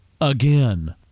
again